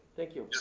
thank you.